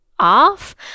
off